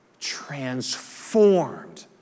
transformed